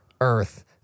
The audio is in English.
earth